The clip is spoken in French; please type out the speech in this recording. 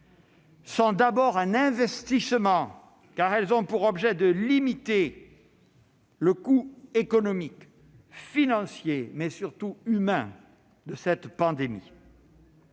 sont d'abord un investissement, car elles ont pour objet de limiter le coût économique, financier, mais surtout humain de cette pandémie.